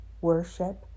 worship